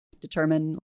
determine